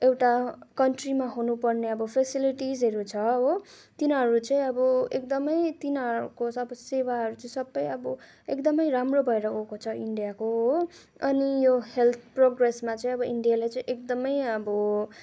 एउटा कन्ट्रीमा हुनुपर्ने अब फेसिलिटिजहरू छ हो तिनीहरू चाहिँ अब एकदमै तिनीहरूको चाहिँ अब सेवाहरू चाहिँ सबै अब एदकमै राम्रो भएर गएको छ इन्डियाको हो अनि यो हेल्थ प्रोग्रेसमा चाहिँ अब इन्डियाले चाहिँ एकदमै अब